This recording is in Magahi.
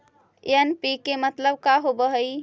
एन.पी.के मतलब का होव हइ?